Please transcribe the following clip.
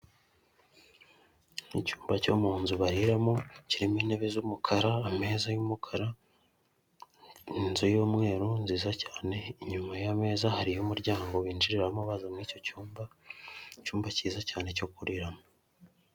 Umuhanda nyabagendwa aho bigaragara ko ukorerwamo mu byerekezo byombi, ku ruhande rw'uburyo bw'umuhanda hakaba haparitse abamotari benshi cyane bigaragara ko bategereje abagenzi kandi hirya hakagaragara inzu nini cyane ubona ko ikorerwamo ubucuruzi butandukanye, ikirere kikaba gifite ishusho isa n'umweru.